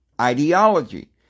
ideology